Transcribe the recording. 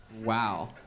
Wow